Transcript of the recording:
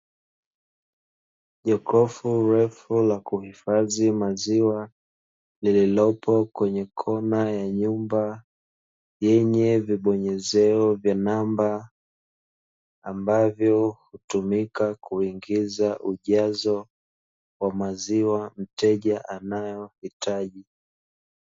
Jokofu refu la kuhifadhi maziwa, lililipo kwenye kona ya nyumba yenye vibonyezeo vya namba ambavyo hutumika kuingiza ujazo wa maziwa mteja anayohitaji.